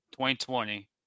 2020